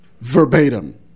verbatim